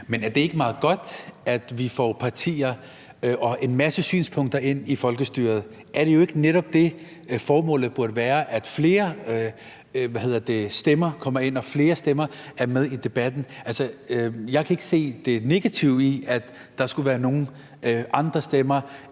tage del i folkestyret, og at en masse synspunkter bliver repræsenteret? Er det ikke netop det, formålet burde være, altså at flere stemmer kommer ind, og at flere stemmer er med i debatten? Altså, jeg kan ikke se det negative i, at der skulle være nogle andre stemmer